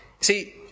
see